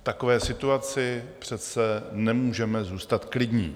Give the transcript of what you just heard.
V takové situaci přece nemůžeme zůstat klidní.